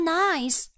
nice